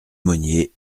monnier